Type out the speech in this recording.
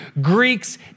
Greeks